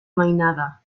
mainada